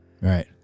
Right